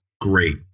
Great